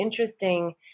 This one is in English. interesting